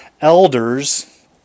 elders